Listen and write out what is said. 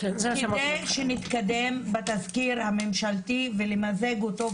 כדי שנתקדם בתסקיר הממשלתי ולמזג אותו,